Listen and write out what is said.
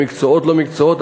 במקצועות לא מקצועות.